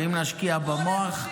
ואם נשקיע במוח,